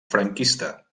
franquista